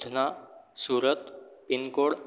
Udhna Surat pincode